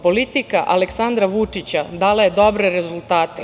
Politika Aleksandra Vučića dala je dobre rezultate.